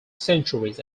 centuries